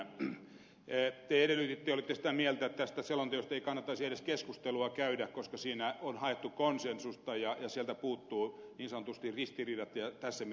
te edellytitte olitte sitä mieltä että tästä selonteosta ei kannattaisi edes keskustelua käydä koska siinä on haettu konsensusta ja sieltä puuttuvat niin sanotusti ristiriidat ja tässä mielessä potku